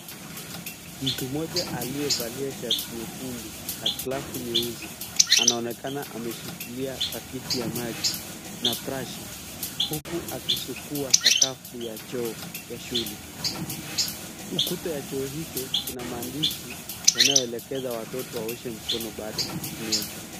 Mtu mmoja aliyevalia shati nyekundu na cluff nyeusi anaonekana ameshikilia paketi ya maji na brush huku akisukua sakafu ya choo ya shule. Ukuta ya choo hicho kina maandishi yanayoelekeza watoto waoshe mikono baada ya kutumia choo.